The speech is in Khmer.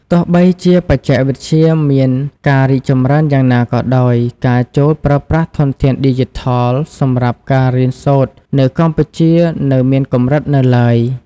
ទោះបីជាបច្ចេកវិទ្យាមានការរីកចម្រើនយ៉ាងណាក៏ដោយ ការចូលប្រើប្រាស់ធនធានឌីជីថលសម្រាប់ការរៀនសូត្រនៅកម្ពុជានៅមានកម្រិតនៅឡើយ។